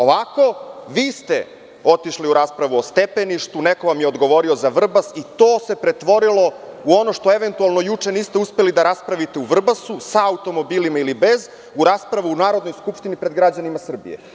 Ovako, vi ste otišli u raspravu o stepeništu, neko vam je odgovorio za Vrbas i to se pretvorilo u ono što juče niste uspeli da raspravite u Vrbasu sa automobilima ili bez u raspravu u Narodnoj skupštini pred građanima Republike Srbije.